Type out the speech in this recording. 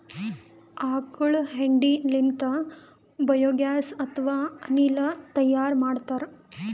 ಆಕಳ್ ಹೆಂಡಿ ಲಿಂತ್ ಬಯೋಗ್ಯಾಸ್ ಅಥವಾ ಅನಿಲ್ ತೈಯಾರ್ ಮಾಡ್ತಾರ್